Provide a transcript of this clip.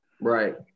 Right